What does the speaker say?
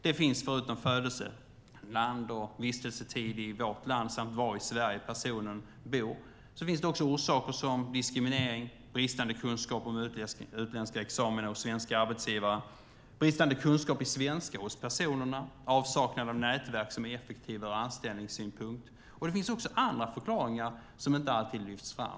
Det finns förutom födelseland och vistelsetid i vårt land samt var i Sverige personen bor också orsaker som diskriminering, bristande kunskap om utländska examina hos svenska arbetsgivare, bristande kunskap i svenska hos personerna och avsaknad av nätverk som är effektiva ur anställningssynpunkt. Det finns också andra förklaringar som inte alltid lyfts fram.